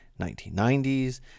1990s